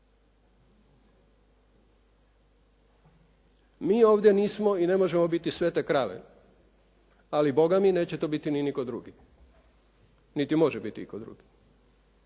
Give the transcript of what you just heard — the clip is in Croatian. Mi ovdje nismo i ne možemo biti svete krave, ali bogami neće to biti ni nitko drugi. Niti može biti itko drugi.